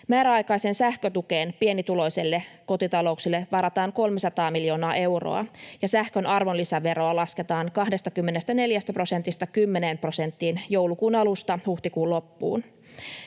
määräaikaiseen sähkötukeen pienituloisille kotitalouksille varataan 300 miljoonaa euroa ja sähkön arvonlisäveroa lasketaan 24 prosentista 10 prosenttiin joulukuun alusta huhtikuun loppuun.